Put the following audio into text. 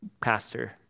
pastor